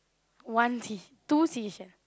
one fish two seashell